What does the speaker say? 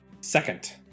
Second